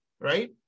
right